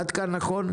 עד כאן נכון?